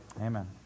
Amen